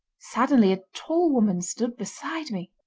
suddenly a tall woman stood beside me.